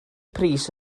pris